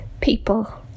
people